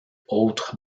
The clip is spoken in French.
autre